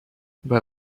but